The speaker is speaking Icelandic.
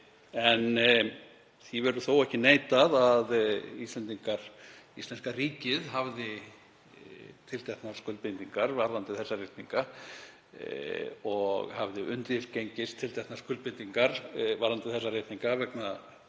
Því verður þó ekki neitað að íslenska ríkið hafði tilteknar skuldbindingar varðandi þessa reikninga og hafði undirgengist tilteknar skuldbindingar varðandi þá vegna